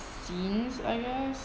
scenes I guess